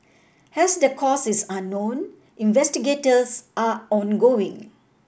as the cause is unknown investigators are ongoing